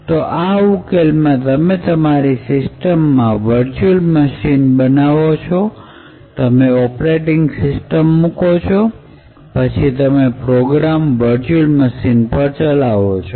તો આ ઉકેલ માં તમે તમારી સિસ્ટમ માં વરચ્યુલ મશીન બનાવો છો તમે તેને ઓપરેટિંગ સિસ્ટમ માં મૂકો છો અને પછી તમે પ્રોગ્રામ વર્ચ્યુઅલ મશીન પર ચલાવો છો